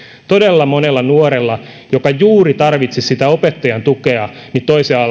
todella monella nuorella joka juuri tarvitsisi sitä opettajan tukea lähiopetus toisella